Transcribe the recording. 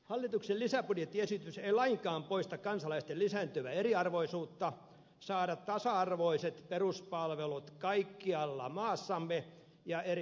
hallituksen lisäbudjettiesitys ei lainkaan poista kansalaisten lisääntyvää eriarvoisuutta saada tasa arvoiset peruspalvelut kaikkialla maassamme ja eri väestöryhmille